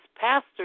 Pastor